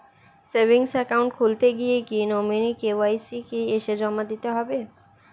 Savings account খুলতে গিয়ে nominee KYC কি এসে জমা দিতে হবে?